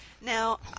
Now